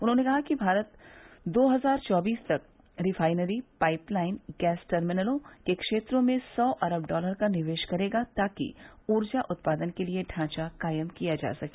उन्होने कहा कि भारत दो हजार चौबीस तक रिफाइनरी पाईप लाइन गैस टर्मिनलों के क्षेत्रों में सौ अख डॉलर का निवेश करेगा ताकि ऊर्जा उत्पादन के लिए ढांचा कायम किया जा सके